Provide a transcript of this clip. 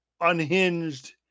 unhinged